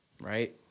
right